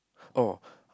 oh